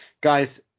guys